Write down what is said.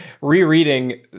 rereading